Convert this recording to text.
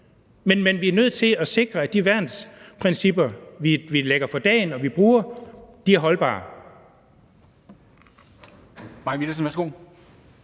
Men vi er nødt til at sikre, at de værnsprincipper, vi lægger for dagen og vi bruger, er holdbare.